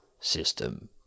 System